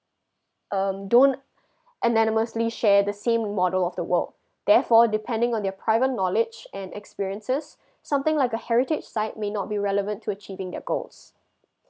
um don't unanimously share the same model of the world therefore depending on their private knowledge and experiences something like a heritage site may not be relevant to achieving their goals